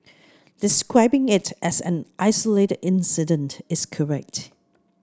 describing it as an isolated incident is correct